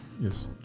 yes